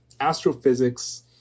astrophysics